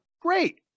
great